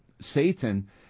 Satan